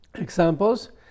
examples